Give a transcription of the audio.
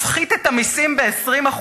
אפחית את המסים ב-20%,